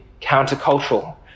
countercultural